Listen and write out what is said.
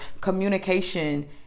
communication